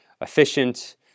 efficient